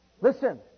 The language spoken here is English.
Listen